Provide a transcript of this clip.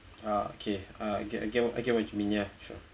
ah okay uh I get I get what you mean ya